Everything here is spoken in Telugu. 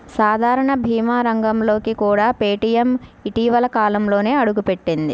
సాధారణ భీమా రంగంలోకి కూడా పేటీఎం ఇటీవలి కాలంలోనే అడుగుపెట్టింది